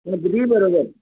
अगदी बरोबर